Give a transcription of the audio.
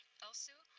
also,